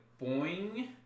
boing